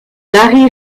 larry